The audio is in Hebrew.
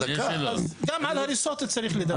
גם על הריסות צריך לדבר.